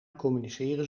communiceren